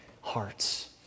hearts